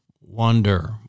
wonder